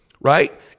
right